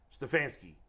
Stefanski